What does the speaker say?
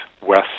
west